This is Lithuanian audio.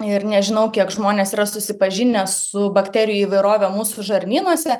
ir nežinau kiek žmonės yra susipažinę su bakterijų įvairove mūsų žarnynuose